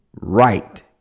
right